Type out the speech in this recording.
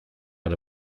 out